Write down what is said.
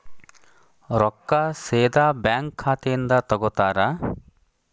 ರೊಕ್ಕಾ ಸೇದಾ ಬ್ಯಾಂಕ್ ಖಾತೆಯಿಂದ ತಗೋತಾರಾ?